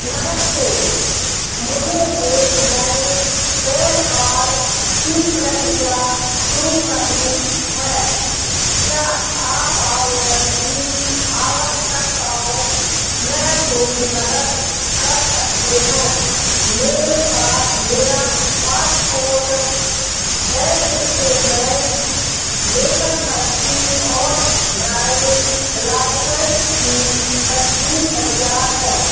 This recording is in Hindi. नमस्ते मुझे एक नए पैन कार्ड की प्रक्रिया शुरू करनी है क्या आप आवेदन की आवश्यकताओं में मेरी मदद कर सकते हैं मेरे पास मेरा पासपोर्ट बैंक इस्टेटमेन्ट वेतन पर्ची और ड्राइविन्ग लाइसेन्स की तस्वीर तैयार है